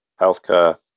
healthcare